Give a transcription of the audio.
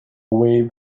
wave